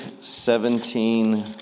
seventeen